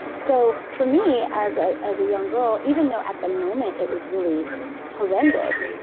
so, for me as ah as a young girl, even though at the moment, it was really horrendous,